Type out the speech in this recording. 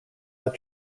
led